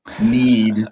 need